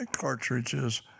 cartridges